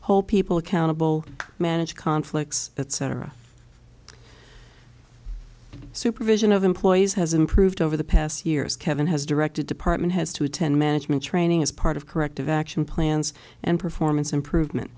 hold people accountable manage conflicts etc supervision of employees has improved over the past years kevin has directed department has to attend management training as part of corrective action plans and performance improvement